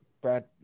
Brad